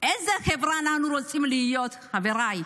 איזו חברה אנחנו רוצים להיות, חבריי?